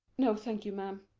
no, thank you, ma'am.